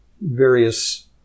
various